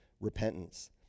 repentance